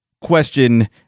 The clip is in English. question